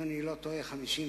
אם אני לא טועה ב-1954,